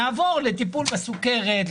יעבור לטיפול בסוכרת,